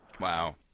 Wow